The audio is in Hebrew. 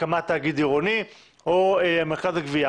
הקמת תאגיד עירוני או מרכז גבייה.